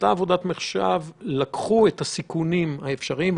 לקחו את הסיכונים האפשריים,